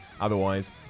otherwise